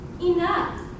Enough